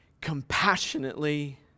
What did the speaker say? compassionately